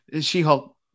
She-Hulk